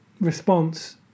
response